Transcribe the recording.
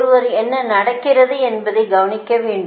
ஒருவர் என்ன நடக்கிறது என்பதை கவனிக்க வேண்டும்